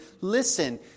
listen